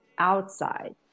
outside